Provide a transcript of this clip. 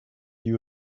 you